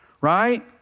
Right